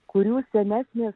kurių senesnės